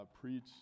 preach